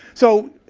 so